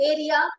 Area